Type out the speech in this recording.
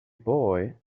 boy